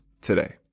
today